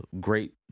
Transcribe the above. great